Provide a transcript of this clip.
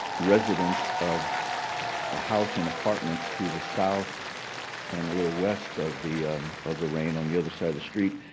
residents of a house and apartment to the south and a little west of the of the reign on the other side of the street,